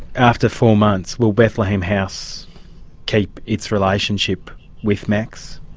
after four months will bethlehem house keep its relationship with max?